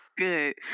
Good